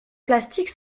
plastique